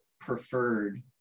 preferred